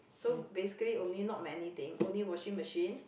so basically only not many thing only washing machine